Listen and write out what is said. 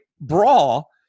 brawl